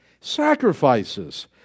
sacrifices